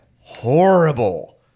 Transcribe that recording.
horrible